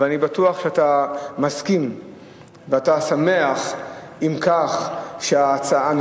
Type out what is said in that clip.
אבל אני בטוח שאתה מסכים ושמח עם כך שהנושא